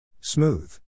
Smooth